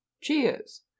Cheers